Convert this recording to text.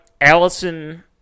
Allison